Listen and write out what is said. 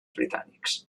britànics